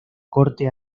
corte